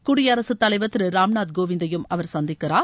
குடியரசுத் தலைவர் திரு ராம்நாத் கோவிந்தையும் அவர் சந்திக்கிறார்